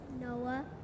Noah